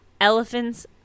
elephant's